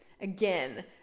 Again